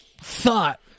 thought